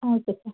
okay sir